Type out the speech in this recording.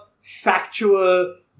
factual